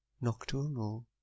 nocturnal